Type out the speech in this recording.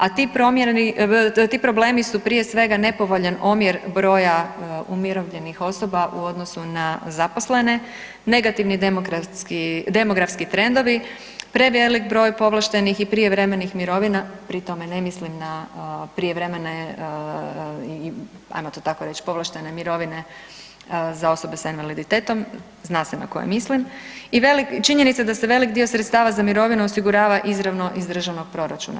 A ti problemi su prije svega nepovoljan omjer broja umirovljenih osoba u odnosu na zaposlene, negativni demografski trendovi, prevelik broj povlaštenih i prijevremenih mirovina, pri tome ne mislim na prijevremene ajmo to tako reć povlaštene mirovine za osobe s invaliditetom, zna se na koje mislim i činjenica da se velik dio sredstava za mirovinu osigurava izravno iz državnog proračuna.